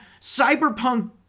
cyberpunk